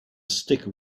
sticker